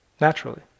naturally